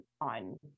on